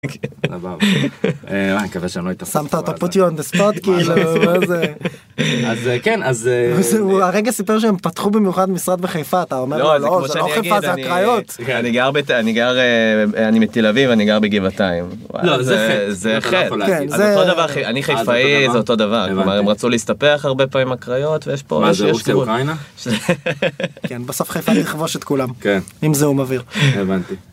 אני מקווה שלא היית שמת אותו put you on the spot כאילו מזה זה אז כן אז הוא הרגע סיפר שהם פתחו במיוחד משרד בחיפה אתה אומר לא זה לא חיפה זה הקריות אני גר אני גר אני מתל אביב אני גר בגבעתיים. אני חיפאי זה אותו דבר הם רצו להסתפח הרבה פעמים הקריות ויש פה משהו. בסוף חיפה נכבוש את כולם אם זהו מביר.